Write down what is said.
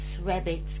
rabbits